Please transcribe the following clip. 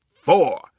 four